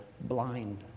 blind